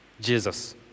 Jesus